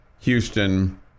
Houston